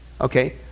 okay